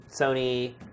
Sony